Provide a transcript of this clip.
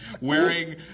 wearing